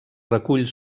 recull